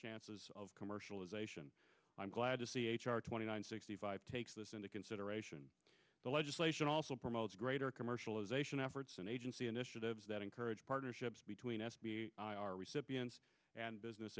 chances of commercialization i'm glad to see h r twenty nine sixty five takes this into consideration the legislation also promotes greater commercialization efforts and agency initiatives that encourage partnerships between our recipients and business